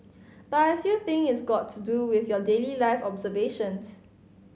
but I still think is got to do with your daily life observations